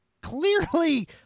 clearly